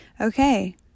Okay